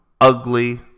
ugly